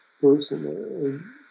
person